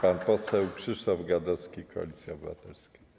Pan poseł Krzysztof Gadowski, Koalicja Obywatelska.